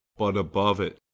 but above it.